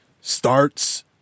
starts